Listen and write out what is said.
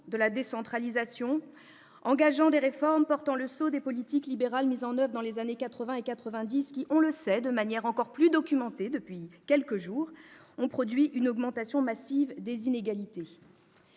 de la décentralisation, engageant des réformes portant le sceau des politiques libérales mises en oeuvre dans les années quatre-vingt et quatre-vingt-dix qui, on le sait de manière encore plus documentée depuis quelques jours, ont produit une augmentation massive des inégalités.